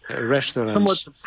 restaurants